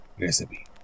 recipe